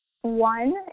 one